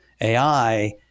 AI